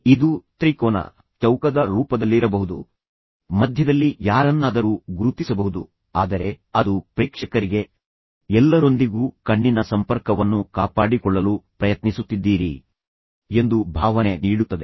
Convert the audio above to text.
ಇದು ತ್ರಿಕೋನದ ಚೌಕದ ರೂಪದಲ್ಲಿರಬಹುದು ಮೂಲೆಗಳನ್ನು ಗುರುತಿಸಬಹುದು ಮತ್ತು ಮಧ್ಯದಲ್ಲಿ ಯಾರನ್ನಾದರೂ ಗುರುತಿಸಬಹುದು ಮತ್ತು ನಂತರ ನಿಮ್ಮ ಕಣ್ಣುಗಳನ್ನು ಬದಲಾಯಿಸುತ್ತಿರಬಹುದು ಆದರೆ ಅದು ಪ್ರೇಕ್ಷಕರಿಗೆ ಎಲ್ಲರೊಂದಿಗೂ ಕಣ್ಣಿನ ಸಂಪರ್ಕವನ್ನು ಕಾಪಾಡಿಕೊಳ್ಳಲು ಪ್ರಯತ್ನಿಸುತ್ತಿದ್ದೀರಿ ಎಂದು ಭಾವನೆ ನೀಡುತ್ತದೆ